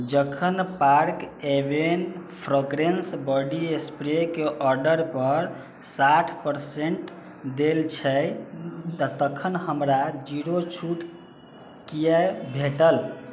जखन Park Avenue fragrance body स्प्रेके order पर साठि परसेंट देल छै तऽ तखन हमरा जीरो छूट किए भेटल